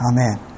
Amen